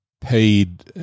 paid